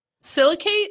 Silicate